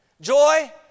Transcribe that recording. Joy